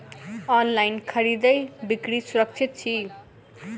online खरीदै बिक्री सुरक्षित छी